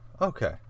Okay